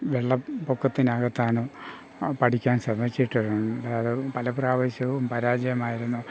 വെള്ളപ്പൊക്കത്തിന് അകത്താണ് പഠിക്കാൻ ശ്രമിച്ചിട്ടുള്ളത് അതും പല പ്രാവശ്യവും പരാജയമായിരുന്നു